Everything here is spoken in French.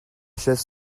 chaises